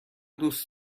دوست